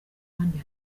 ahandi